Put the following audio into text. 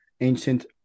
ancient